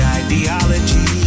ideology